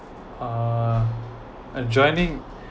ah uh joining